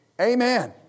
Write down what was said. Amen